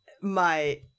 my-